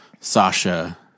Sasha